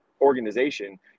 organization